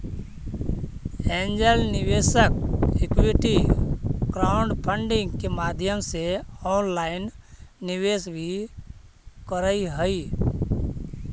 angel निवेशक equity crowdfunding के माध्यम से ऑनलाइन निवेश भी करऽ हइ